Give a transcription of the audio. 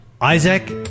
Isaac